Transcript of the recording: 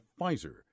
Pfizer